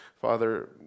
Father